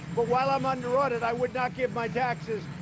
but while i'm under audit, i would not give my taxes.